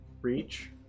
reach